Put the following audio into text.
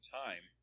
time